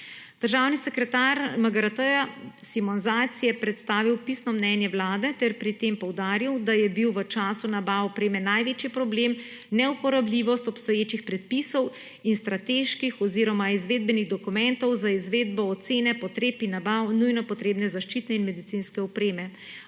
Državni sekretar z MGRT Simon Zajc je predstavil pisno mnenje Vlade ter pri tem poudaril, da je bil v času nabav opreme največji problem neuporabljivost obstoječih predpisov in strateških oziroma izvedbenih dokumentov za izvedbo ocene potreb in nabav nujno potrebne zaščitne in medicinske opreme.